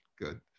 Good